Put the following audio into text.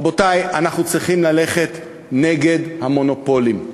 רבותי, אנחנו צריכים ללכת נגד המונופולים.